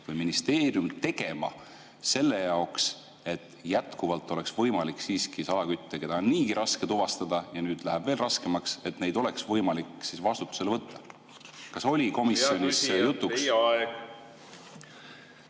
või ministeerium tegema selle jaoks, et jätkuvalt oleks võimalik siiski salakütte, keda on niigi raske tuvastada ja nüüd läheb see veel raskemaks, vastutusele võtta? Kas see oli komisjonis jutuks?